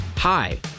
Hi